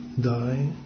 die